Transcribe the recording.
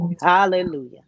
Hallelujah